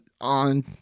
on